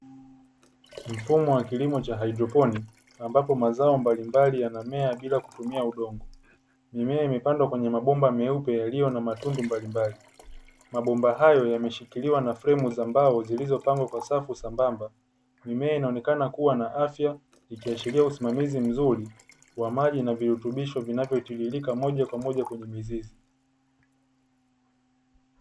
Mfumo wa kilimo cha haidroponi ambapo mazao mbalimbali yanamea bila kutumia udongo, mimea imepandwa kwenye mabomba meupe yaliyo na matundu mbalimbali. Mabomba hayo yameshikiliwa na flemu za mbao zilizopangwa kwa safu sambasamba, mimea inaonekana kuwa na afya ikiashiria usimamizi mzuri wa maji na virutubisho vinavotiririka moja kwa moja kwenye mizizi.